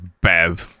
bad